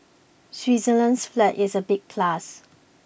Switzerland's flag is a big plus